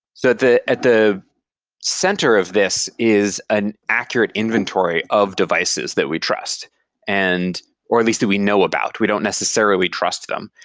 so at the center of this is an accurate inventory of devices that we trust and or at lease that we know about. we don't necessarily trust them.